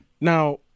now